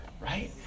right